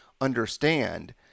understand